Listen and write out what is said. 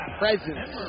presence